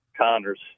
Connors